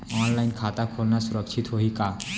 Online खाता खोलना सुरक्षित होही का?